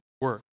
work